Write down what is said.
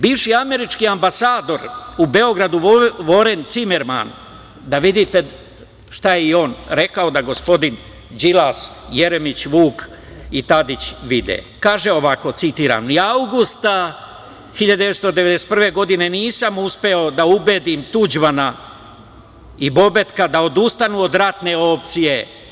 Bivši američki ambasador u Beogradu Voren Cimerman, da vidite šta je i on rekao, da gospodin Đilas, Jeremić Vuk i Tadić vide, kaže ovako, citiram: „Ni avgusta 1991. godine nisam uspeo da ubedim Tuđmana i Bobetka da odustanu od ratne opcije.